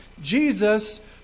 Jesus